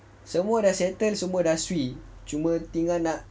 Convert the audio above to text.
semua dah settle semua dah swee tinggal nak